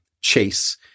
chase